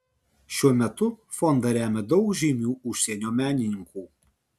šiuo metu fondą remia daug žymių užsienio menininkų